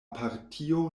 partio